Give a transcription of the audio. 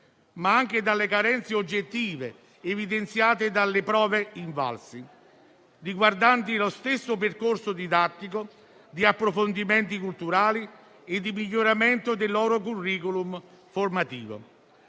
ma anche dalle carenze oggettive evidenziate dalle prove Invalsi, riguardanti lo stesso percorso didattico, gli approfondimenti culturali e il miglioramento del loro *curriculum* formativo.